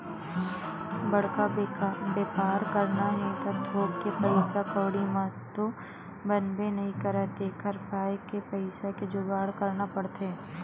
बड़का बेपार करना हे त थोक बहुत के पइसा कउड़ी म तो बनबे नइ करय तेखर पाय के पइसा के जुगाड़ करना पड़थे